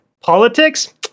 Politics